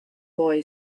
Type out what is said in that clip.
boy